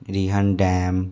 Rihand dam